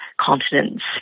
continents